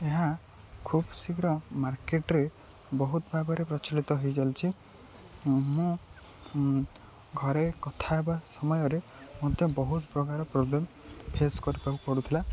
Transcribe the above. ଏହା ଖୁବ୍ ଶୀଘ୍ର ମାର୍କେଟ୍ରେ ବହୁତ ଭାବରେ ପ୍ରଚଳିତ ହେଇଯାଲିଛି ମୁଁ ଘରେ କଥା ହେବା ସମୟରେ ମଧ୍ୟ ବହୁତ ପ୍ରକାର ପ୍ରୋବ୍ଲେମ୍ ଫେସ୍ କରିବାକୁ ପଡ଼ୁଥିଲା